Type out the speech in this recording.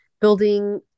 building